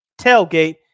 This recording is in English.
tailgate